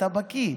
אתה בקי.